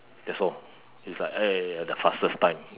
that's all it's like !aiya! the fastest time